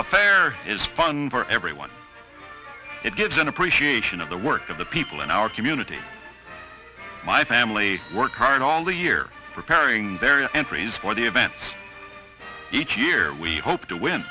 affair is fun for everyone it gives an appreciation of the work of the people in our community my family worked hard all the year preparing their your entries for the event each year we hope to win